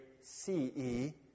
C-E